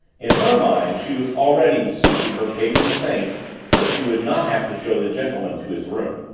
in her mind she was already beseeching her patron saint that she would not have to show the gentleman to his room.